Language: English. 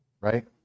right